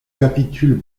capitules